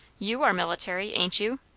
you are military, ain't you?